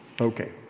Okay